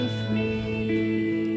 free